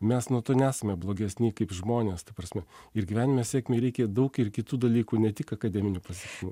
mes nuo to nesame blogesni kaip žmonės ta prasme ir gyvenime sėkmei reikia daug ir kitų dalykų ne tik akademinių pasiekimų